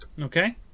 Okay